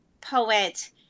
Poet